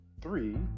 Three